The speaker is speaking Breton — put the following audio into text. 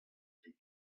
ket